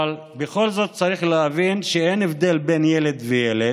אבל בכל זאת צריך להבין שאין הבדל בין ילד לילד,